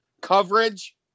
coverage